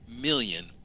million